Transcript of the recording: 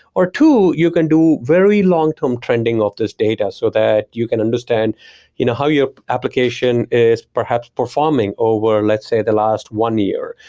or two, you can do very long-term trending of this data so that you can understand you know how your application is perhaps performing over, let's say, the last one year,